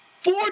Four